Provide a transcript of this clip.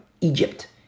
Egypt